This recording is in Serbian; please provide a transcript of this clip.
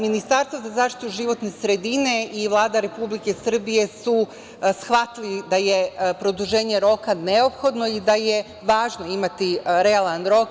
Ministarstvo za zaštitu životne sredine i Vlada Republike Srbije su shvatili da je produženje roka neophodno i da je važno imati realan rok.